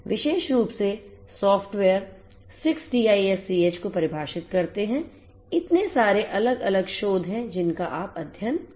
विशेष रूप से software 6TiSCH को परिभाषित करते हैं इतने सारे अलग अलग शोध हैं जिनका आप अध्ययन कर सकते हैं